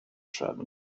travel